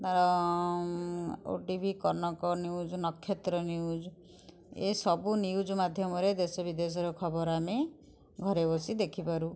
ତା'ର ଓ TV Kanak news Nakshatra news ଏସବୁ ନ୍ୟୁଜ୍ ମାଧ୍ୟମରେ ଦେଶ ବିଦେଶରୁ ଖବର ଆମେ ଘରେ ବସି ଦେଖିପାରୁ